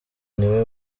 niwe